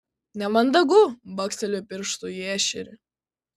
nemandagu baksteliu pirštu į ešerį